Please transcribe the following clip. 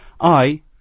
I-